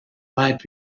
might